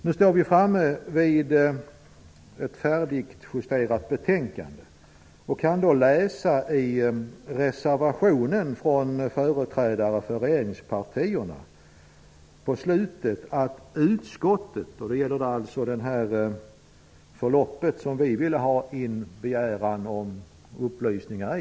Nu står vi framme vid ett färdigjusterat betänkande. Vi kan då läsa följande i slutet av reservationen från företrädare för regeringspartierna. Det gäller alltså det förlopp som vi ville ha en begäran om upplysningar om.